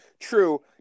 True